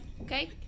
okay